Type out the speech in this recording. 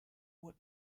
what